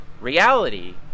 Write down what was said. Reality